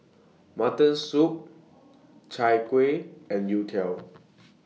Mutton Soup Chai Kueh and Youtiao